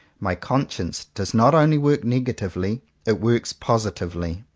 my conscience does not only work negatively it works positively.